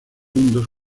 mundos